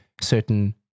certain